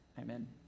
amen